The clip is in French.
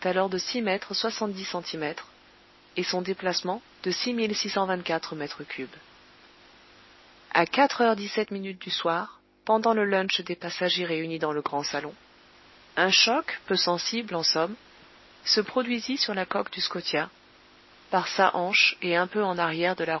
alors de six mètres soixante-dix centimètres et son déplacement de six mille six cent vingt-quatre mètres cubes a quatre heures dix-sept minutes du soir pendant le lunch des passagers réunis dans le grand salon un choc peu sensible en somme se produisit sur la coque du scotia par sa hanche et un peu en arrière de la